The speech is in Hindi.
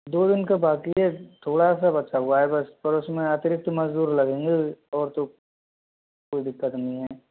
दो दिन का बाकि है थोड़ा सा बचा हुआ है बस पर उसमें अतिरिक्त मजदूर लगेंगे और तो कोई दिक्कत नहीं है